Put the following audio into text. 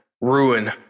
Ruin